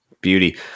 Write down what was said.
beauty